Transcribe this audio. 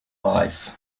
life